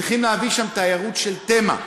צריכים להביא לשם תיירות של תמה: